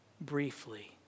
briefly